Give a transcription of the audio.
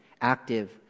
active